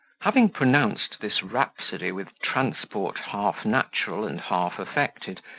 having pronounced this rhapsody with transport half natural and half affected,